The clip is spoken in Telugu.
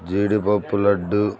జీడిపప్పు లడ్డు